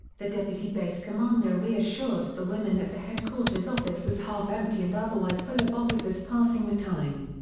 the deputy base commander reassured the women that the headquarters office was half empty and otherwise full of officers passing the time.